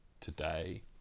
today